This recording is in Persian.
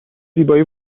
زیبایی